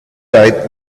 tight